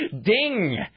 Ding